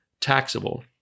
taxable